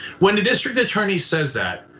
when the district attorney says that,